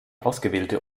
ausgewählte